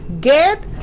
get